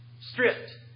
stripped